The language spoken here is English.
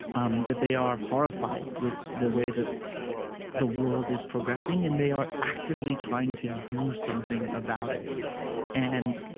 um that they are horrified with the way that the world is progressing, and they are actively trying to do something about it and,